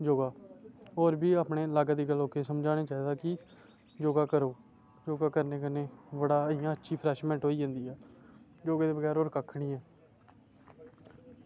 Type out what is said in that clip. योगा होर बी अपने लागै लोकें गी समझाना चाहिदा की योगा करो ते योगा करने कन्नै बड़ा इंया अच्छी रिफ्रैशमेंट होई जंदी ऐ योगा दे बगैरा होर कक्ख निं ऐ